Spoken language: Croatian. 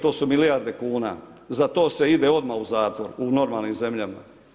To su milijarde kuna, za to se ide odmah u zatvor u normalnim zemljama.